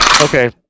Okay